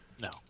No